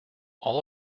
all